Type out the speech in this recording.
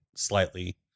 slightly